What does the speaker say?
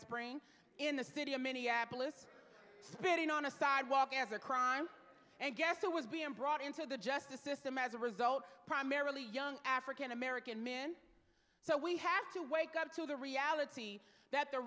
spring in the city of minneapolis spitting on a sidewalk as a crime and guess who was being brought into the justice system as a result primarily young african american men so we have to wake up to the reality that the